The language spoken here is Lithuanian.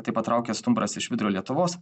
tai patraukė stumbras iš vidurio lietuvos